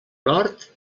nord